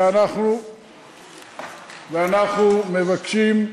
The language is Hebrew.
ואנחנו מבקשים,